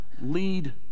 lead